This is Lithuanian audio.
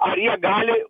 ar jie gali